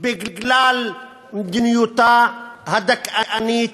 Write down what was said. בגלל מדיניותה הדכאנית,